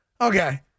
Okay